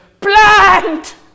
PLANT